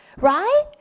right